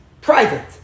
private